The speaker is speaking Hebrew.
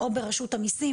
או ברשות המיסים.